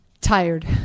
tired